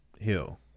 Hill